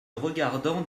regardant